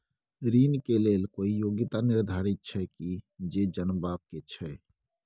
ऋण के लेल कोई योग्यता निर्धारित छै की से जनबा के छै?